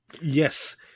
Yes